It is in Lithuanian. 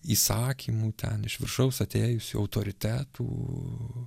įsakymų ten iš viršaus atėjusių autoritetų